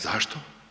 Zašto?